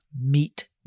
Meet